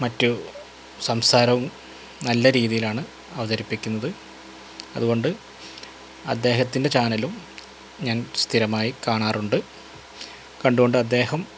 മറ്റു സംസാരവും നല്ല രീതിയിലാണ് അവതരിപ്പിക്കുന്നത് അതുകൊണ്ട് അദ്ദേഹത്തിന്റെ ചാനലും ഞാന് സ്ഥിരമായി കാണാറുണ്ട് കണ്ടുകൊണ്ട് അദ്ദേഹം